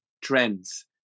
trends